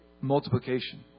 Multiplication